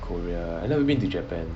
korea I've never been to japan